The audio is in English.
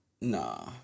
Nah